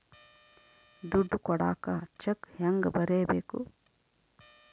ದುಡ್ಡು ಕೊಡಾಕ ಚೆಕ್ ಹೆಂಗ ಬರೇಬೇಕು?